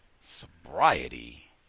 sobriety